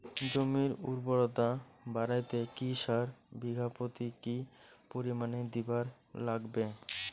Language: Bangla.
জমির উর্বরতা বাড়াইতে কি সার বিঘা প্রতি কি পরিমাণে দিবার লাগবে?